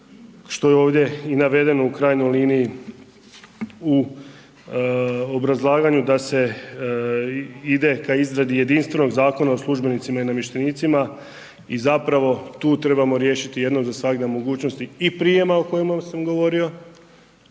što ovdje i navedeno u krajnjoj liniji u obrazlaganju da se ide ka izradi jedinstvenog Zakona o službenicima i namještenicima i zapravo tu trebamo riješiti jedno zasvagda mogućnosti i prijema o kojima sam govorio,